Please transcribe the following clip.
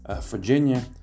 Virginia